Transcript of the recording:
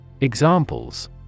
Examples